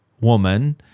woman